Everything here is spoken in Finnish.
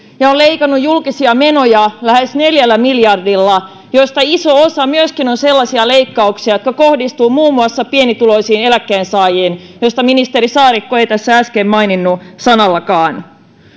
ja on leikannut julkisia menoja lähes neljällä miljardilla joista iso osa myöskin on sellaisia leikkauksia jotka kohdistuvat muun muassa pienituloisiin eläkkeensaajiin joista ministeri saarikko ei tässä äsken maininnut sanallakaan